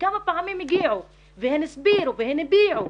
וכמה פעמים הן הגיעו והסבירו והביעו,